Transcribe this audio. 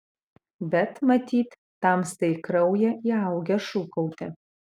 bet matyt tamstai į kraują įaugę šūkauti